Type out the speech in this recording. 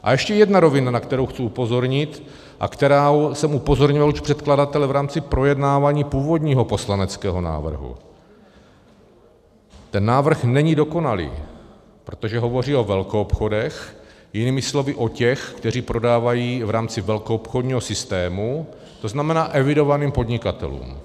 A ještě jedna rovina, na kterou chci upozornit, a už jsem upozornil předkladatele v rámci projednávání původního poslaneckého návrhu, návrh není dokonalý, protože hovoří o velkoobchodech, jinými slovy o těch, kteří prodávají v rámci velkoobchodního systému, to znamená evidovaným podnikatelům.